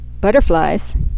butterflies